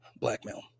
blackmail